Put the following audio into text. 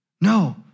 No